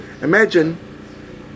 imagine